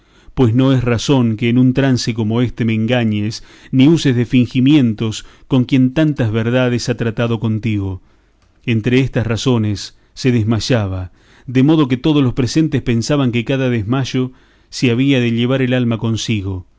pues no es razón que en un trance como éste me engañes ni uses de fingimientos con quien tantas verdades ha tratado contigo entre estas razones se desmayaba de modo que todos los presentes pensaban que cada desmayo se había de llevar el alma consigo